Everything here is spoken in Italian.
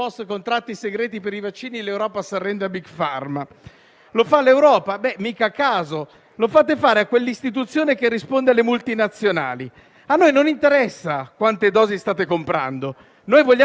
A noi non interessa quante dosi state comprando: vogliamo vedere i contratti dalla prima all'ultima riga, senza restrizioni, perché siamo stati eletti dai cittadini italiani, non dai *manager* delle multinazionali.